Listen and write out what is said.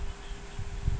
there are twenty two